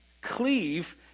cleave